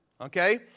okay